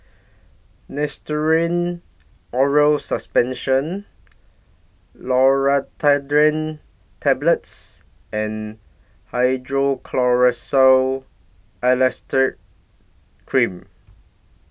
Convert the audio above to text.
Oral Suspension Loratadine Tablets and Hydrocortisone Acetate Cream